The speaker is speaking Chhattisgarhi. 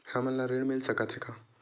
हमन ला ऋण मिल सकत हे का?